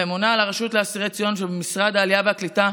הממונה על הרשות לאסירי ציון שבמשרד העלייה והקליטה,